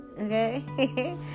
okay